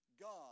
God